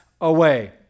away